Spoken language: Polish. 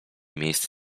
miejsc